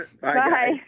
Bye